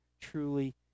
truly